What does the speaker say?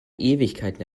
ewigkeiten